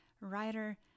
writer